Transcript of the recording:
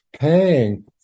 paying